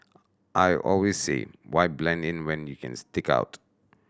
i always say why blend in when you can stick out